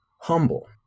humble